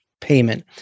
payment